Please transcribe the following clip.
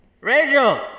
Rachel